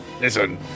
Listen